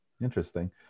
Interesting